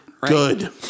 Good